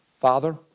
Father